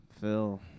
Phil